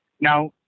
Now